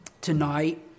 tonight